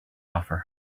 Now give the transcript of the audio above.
offer